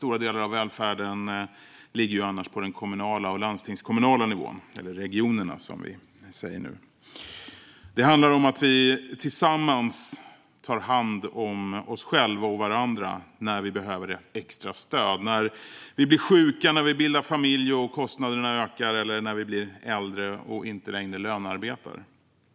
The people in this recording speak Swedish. Stora delar av välfärdsansvaret ligger ju annars på den kommunala och landstingskommunala nivån - eller regionerna, som vi säger nu. Det handlar om att vi tillsammans tar hand om oss själva och varandra när vi behöver extra stöd - när vi blir sjuka, när vi bildar familj och kostnaderna ökar eller när vi blir äldre och inte längre lönearbetar.